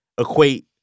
equate